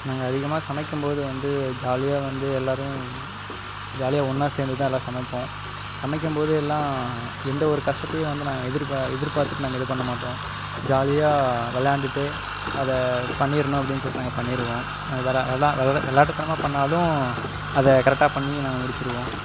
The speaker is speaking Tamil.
நாங்கள் அதிகமாக சமைக்கும் போது வந்து ஜாலியாக வந்து எல்லாரும் ஜாலியாக ஒன்றா சேர்ந்துதான் எல்லாம் சமைப்போம் சமைக்கும் போது எல்லாம் எந்த ஒரு கஷ்டத்தையும் வந்து நாங்கள் எதிர் எதிர்பார்த்துட்டு நாங்கள் இது பண்ணமாட்டோம் ஜாலியாக விளையாண்டுட்டே அதைப்பண்ணிரனும் அப்படின்னு சொல்லிட்டு நாங்கள் பண்ணிருவோம் விளையாட்டுத்தனமா பண்ணாலும் அதை கரெக்டாக பண்ணி நாங்கள் முடிச்சிடுவோம்